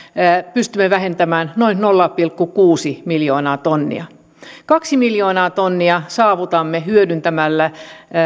pystymme vähentämään tästä noin nolla pilkku kuusi miljoonaa tonnia kaksi miljoonaa tonnia saavutamme hyödyntämällä